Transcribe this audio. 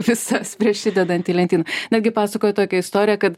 visas prieš įdedant į lentyną netgi pasakojo tokią istoriją kad